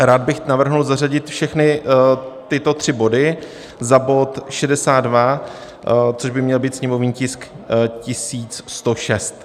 Rád bych navrhl zařadit všechny tyto tři body za bod 62, což by měl být sněmovní tisk 1106.